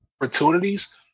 opportunities